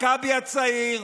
מכבי הצעיר,